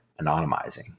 anonymizing